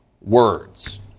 words